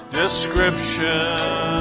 description